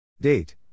Date